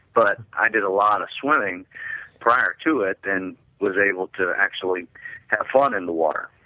but i did a lot of swimming prior to it and was able to actually have fun in the water.